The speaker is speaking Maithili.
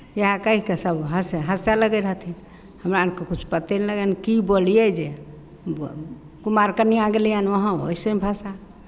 इएह कहि कऽ सभ हँसय हँसय लगै रहथिन हमरा आरकेँ किछु पते नहि लगैन की बोलियै जे ब् कुमारि कनिआँ गेलियनि वहाँ वैसने भाषा